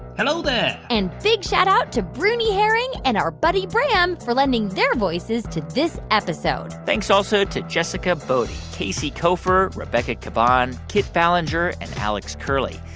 hello there and big shout out to bruni herring and our buddy bram for lending their voices to this episode thanks also to jessica boddy, casey koeffer, rebecca caban, kit ballenger and alex curley.